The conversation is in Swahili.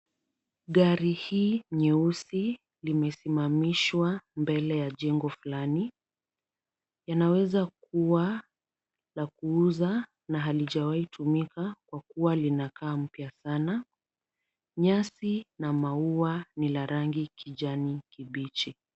Gari hii nyeusi limesimamishwa mbele ya jengo fulani. Yanaweza kuwa la kuuza na halijawai tumika kwa kuwa linakaa mpya sana. Nyasi na maua ni la rangi kijani kibichi.